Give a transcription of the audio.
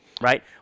right